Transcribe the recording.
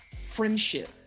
friendship